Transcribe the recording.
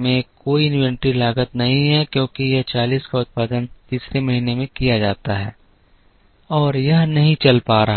में कोई इन्वेंट्री लागत नहीं है क्योंकि यह 40 का उत्पादन तीसरे महीने में किया जाता है और यह नहीं चल रहा है